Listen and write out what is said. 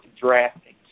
drafting